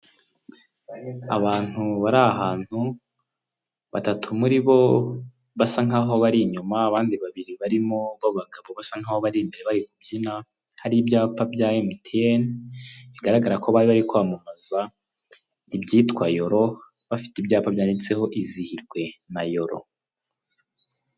Abantu bari ahantu ,batatu muri bo basa nkaho bari inyuma abandi babiri barimo babagabo basa nkaho bari imbere bari kubyina, hari ibyapa bya emutiyene ,bigaragara ko bari bari kwamamaza ibyitwa yolo, bafite ibyapa byandutseho izihirwe na yolo .